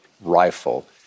rifle